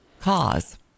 cause